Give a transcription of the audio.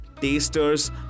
tasters